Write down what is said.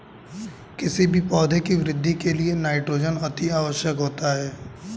किसी भी पौधे की वृद्धि के लिए नाइट्रोजन अति आवश्यक होता है